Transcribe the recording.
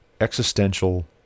existential